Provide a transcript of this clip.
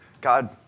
God